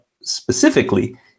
specifically